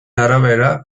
arabera